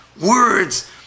words